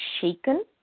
shaken